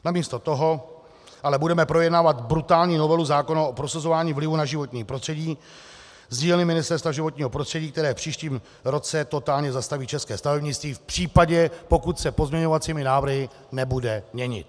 Namísto toho ale budeme projednávat brutální novelu zákona o prosazování vlivu na životní prostředí z dílny Ministerstva životního prostředí, které v příštím roce totálně zastaví české stavebnictví v případě, pokud se pozměňovacími návrhy nebude měnit.